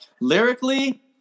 lyrically